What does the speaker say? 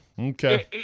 Okay